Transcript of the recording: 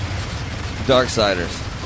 Darksiders